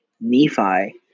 Nephi